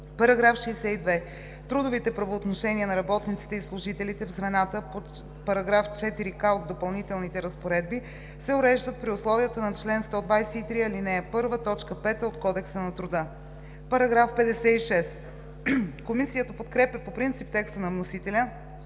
§ 62: „§ 62. Трудовите правоотношения на работниците и служителите в звената по § 4к от допълнителните разпоредби се уреждат при условията на чл. 123, ал. 1, т. 5 от Кодекса на труда.“ Комисията подкрепя по принцип текста на вносителя